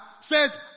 says